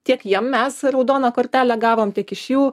tiek jiem mes raudoną kortelę gavom tik iš jų